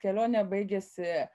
kelionė baigėsi